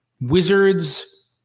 Wizards